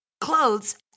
clothes